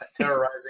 terrorizing